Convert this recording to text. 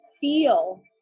feel